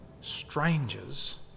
strangers